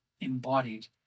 embodied